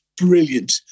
brilliant